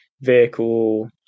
vehicle